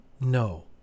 No